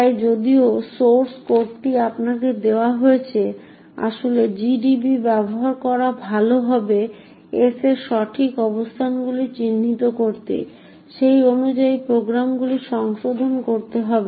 তাই যদিও সোর্স কোডটি আপনাকে দেওয়া হয়েছে আসলে GDB ব্যবহার করা ভাল হবে s এর সঠিক অবস্থানগুলি চিহ্নিত করতে সেই অনুযায়ী প্রোগ্রামগুলি সংশোধন করতে হবে